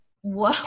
Whoa